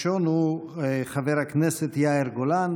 הוא חבר הכנסת יאיר גולן.